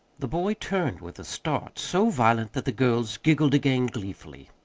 the boy turned with a start so violent that the girls giggled again gleefully.